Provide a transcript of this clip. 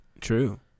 True